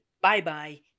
Bye-bye